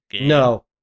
No